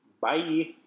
Bye